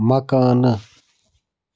مکانہٕ